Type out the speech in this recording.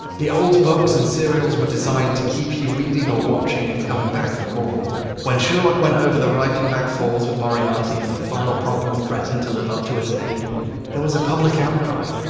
the old books and serials were designed to keep you reading or watching and coming back for more when sherlock went over the reichenbach falls with moriarty and the final problem threatened to live up to its name there was a public outcry.